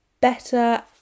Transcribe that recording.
better